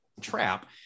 trap